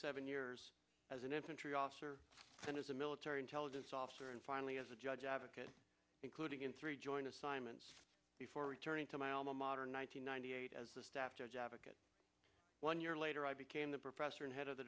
seven years as an infantry officer and as a military intelligence officer and finally as a judge advocate including in three joint assignments before returning to my alma mater nine hundred ninety eight as a staff judge advocate one year later i became the professor and head of the